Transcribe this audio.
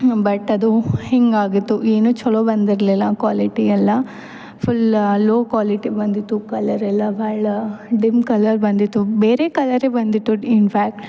but ಅದು ಹಿಂಗಾಗಿತ್ತು ಏನು ಛಲೋ ಬಂದಿರ್ಲಿಲ್ಲ ಕ್ವಾಲಿಟಿ ಎಲ್ಲಾ ಫುಲ್ ಲೋ ಕ್ವಾಲಿಟಿ ಬಂದಿತ್ತು ಕಲರ್ ಎಲ್ಲ ಭಾಳ ಡಿಮ್ ಕಲರ್ ಬಂದಿತ್ತು ಬೇರೆ ಕಲರೇ ಬಂದಿತ್ತು ಇನ್ಫ್ಯಾಕ್ಟ್